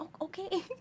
Okay